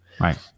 Right